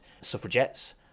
suffragettes